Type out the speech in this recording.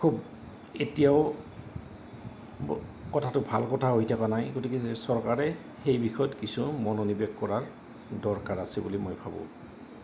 খুব এতিয়াও কথাটো ভাল কথা হৈ থকা নাই গতিকে চৰকাৰে সেই বিষয়ত কিছু মনোনিৱেশ কৰাৰ দৰকাৰ আছে বুলি মই ভাবোঁ